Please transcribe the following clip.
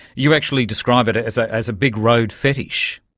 you actually describe it it as ah as a big road fetish.